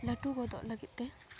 ᱞᱟᱹᱴᱩ ᱜᱚᱫᱚᱜ ᱞᱟᱹᱜᱤᱫᱼᱛᱮ